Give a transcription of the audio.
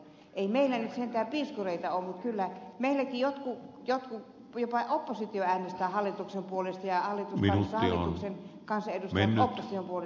ei meillä nyt sentään piiskureita ole mutta kyllä meilläkin jopa oppositio äänestää hallituksen puolesta ja hallituksen kansanedustajat opposition puolesta